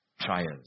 trials